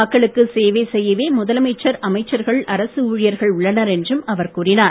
மக்களுக்கு சேவை செய்யவே முதலமைச்சர் அமைச்சர்கள் அரசு ஊழியர்கள் உள்ளனர் என்றும் அவர் கூறினார்